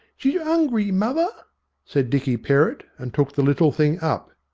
she's ungry, mother said dicky perrott, and took the little thing up.